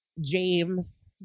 James